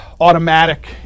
automatic